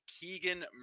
Keegan